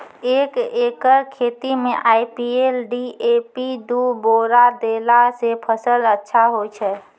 एक एकरऽ खेती मे आई.पी.एल डी.ए.पी दु बोरा देला से फ़सल अच्छा होय छै?